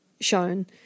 shown